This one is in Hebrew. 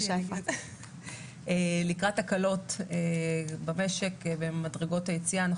לקראת הקלות במשק במדרגות היציאה אנחנו